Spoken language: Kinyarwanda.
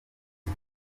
rwa